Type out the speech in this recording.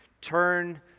turn